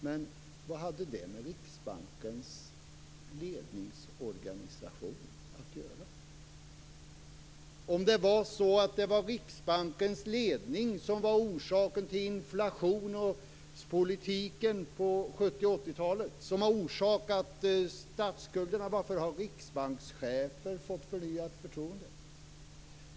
Men vad hade det med Riksbankens ledningsorganisation att göra? Om det var Riksbankens ledning som var orsaken till inflationspolitiken på 70 och 80-talet som ledde till den stora statsskulden, varför har då riksbankschefer fått förnyat förtroende?